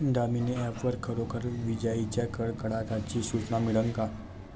Damini app वर खरोखर विजाइच्या कडकडाटाची सूचना मिळन का?